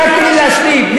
רק תני לי להשלים,